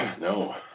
No